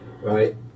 right